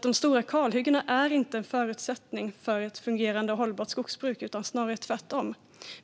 De stora kalhyggena är inte en förutsättning för ett fungerande och hållbart skogsbruk utan snarare tvärtom.